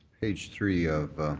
page three of